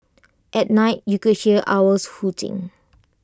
at night you could hear owls hooting